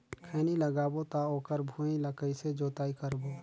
खैनी लगाबो ता ओकर भुईं ला कइसे जोताई करबो?